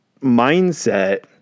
mindset